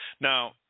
Now